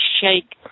shake